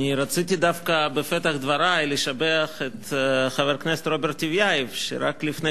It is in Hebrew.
רציתי דווקא בפתח דברי לשבח את חבר הכנסת רוברט טיבייב שרק לפני